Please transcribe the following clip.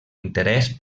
interès